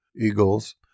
Eagles